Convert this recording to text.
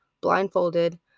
blindfolded